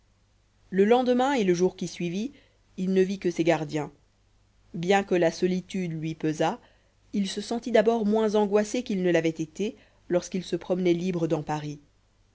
le lendemain et le jour qui suivit il ne vit que ses gardiens bien que la solitude lui pesât il se sentit d'abord moins angoissé qu'il ne l'avait été lorsqu'il se promenait libre dans paris